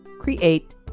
create